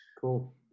Cool